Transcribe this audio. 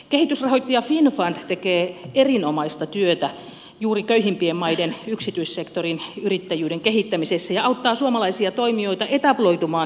kehitysrahoittaja finnfund tekee erinomaista työtä juuri köyhimpien maiden yksityissektorin yrittäjyyden kehittämisessä ja auttaa suomalaisia toimijoita etabloitumaan kehitysmaihin